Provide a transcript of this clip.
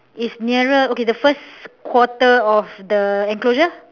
is nearer okay the first quarter of the enclosure